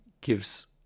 gives